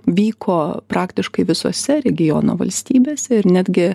vyko praktiškai visose regiono valstybėse ir netgi